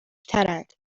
ترند